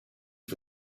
for